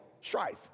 strife